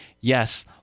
yes